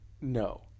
no